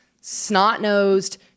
snot-nosed